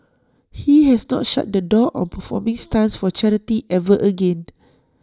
he has not shut the door on performing stunts for charity ever again